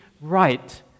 right